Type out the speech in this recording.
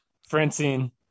Francine